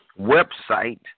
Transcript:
website